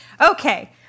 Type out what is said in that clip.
Okay